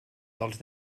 dels